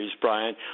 Brian